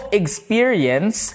experience